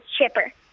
chipper